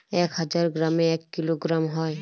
এক হাজার গ্রামে এক কিলোগ্রাম হয়